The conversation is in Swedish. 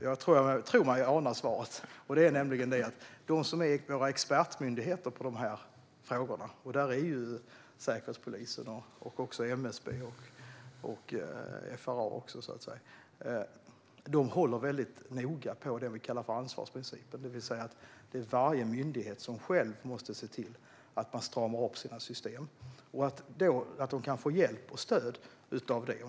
Jag tror mig ana svaret, nämligen att våra expertmyndigheter i dessa frågor - Säkerhetspolisen och även MSB och FRA - håller väldigt noga på det vi kallar ansvarsprincipen, det vill säga att varje myndighet själv måste se till att man stramar upp sina system och kan få hjälp och stöd med det.